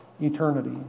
eternity